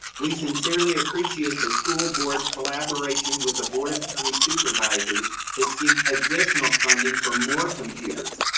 we sincerely appreciate the school board collaboration with the board of county supervisors to seek additional funding for more computers.